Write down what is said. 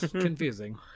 Confusing